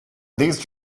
these